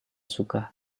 suka